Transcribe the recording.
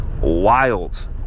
wild